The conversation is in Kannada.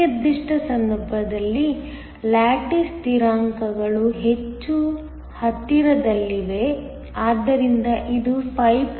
ಈ ನಿರ್ದಿಷ್ಟ ಸಂದರ್ಭದಲ್ಲಿ ಲ್ಯಾಟಿಸ್ ಸ್ಥಿರಾಂಕಗಳು ಹೆಚ್ಚು ಹತ್ತಿರದಲ್ಲಿವೆ ಆದ್ದರಿಂದ ಇದು 5